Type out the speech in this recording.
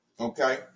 okay